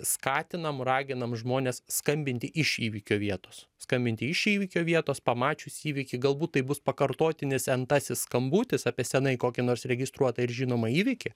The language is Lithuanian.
skatinam raginam žmones skambinti iš įvykio vietos skambinti iš įvykio vietos pamačius įvykį galbūt tai bus pakartotinis entasis skambutis apie senai kokį nors registruotą ir žinomą įvykį